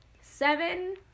Seven